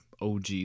OG